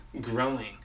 growing